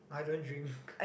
I don't drink